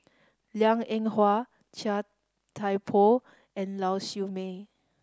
Liang Eng Hwa Chia Thye Poh and Lau Siew Mei